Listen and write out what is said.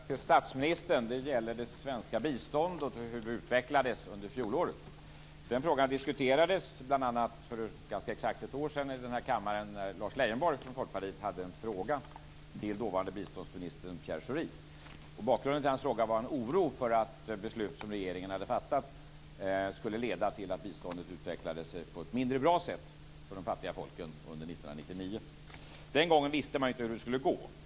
Fru talman! Jag har en fråga till statsministern. Den gäller det svenska biståndet och hur det utvecklades under fjolåret. Den frågan diskuterades bl.a. för ganska exakt ett år sedan i den här kammaren när Lars Leijonborg från Folkpartiet ställde en fråga till dåvarande biståndsministern Pierre Schori. Bakgrunden till hans fråga var en oro för att beslut som regeringen hade fattat skulle leda till att biståndet utvecklade sig på ett mindre bra sätt för de fattiga folken under 1999. Den gången visste man ju inte hur det skulle gå.